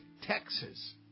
Texas